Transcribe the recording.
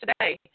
today